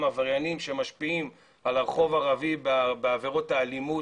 עבריינים שמשפיעים על הרחוב הערבי בעבירות האלימות,